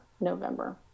november